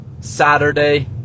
Saturday